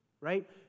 right